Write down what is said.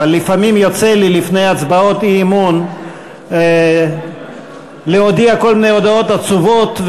אבל לפעמים יוצא לי לפני הצבעות אי-אמון להודיע כל מיני הודעות עצובות,